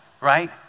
right